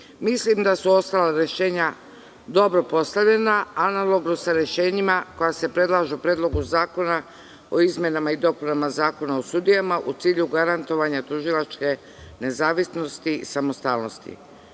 dokaza. Mislim da su ostala rešenja dobro postavljena, analogno sa rešenjima koja se predlažu u Predlogu zakona o izmenama i dopunama Zakona o sudijama, u cilju garantovanja tužilačke nezavisnosti i samostalnosti. Poštovani